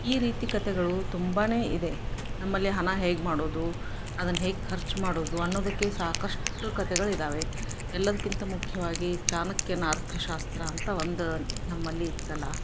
ಈ ರೀತಿ ಕಥೆಗಳು ತುಂಬಾ ಇದೆ ನಮ್ಮಲ್ಲಿ ಹಣ ಹೇಗೆ ಮಾಡೋದು ಅದನ್ನು ಹೇಗೆ ಖರ್ಚು ಮಾಡೋದು ಅನ್ನೋದಕ್ಕೆ ಸಾಕಷ್ಟು ಕಥೆಗಳಿದ್ದಾವೆ ಎಲ್ಲದ್ಕಿಂತ ಮುಖ್ಯವಾಗಿ ಚಾಣಕ್ಯನ ಅರ್ಥಶಾಸ್ತ್ರ ಅಂತ ಒಂದು ನಮ್ಮಲ್ಲಿ ಇತ್ತಲ್ಲ